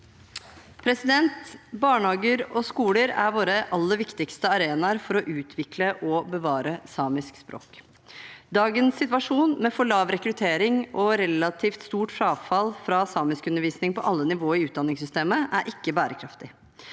Barnehager og skoler er våre aller viktigste arenaer for å utvikle og bevare samisk språk. Dagens situasjon, med for lav rekruttering og relativt stort frafall fra samiskundervisning på alle nivåer i utdanningssystemet, er ikke bærekraftig.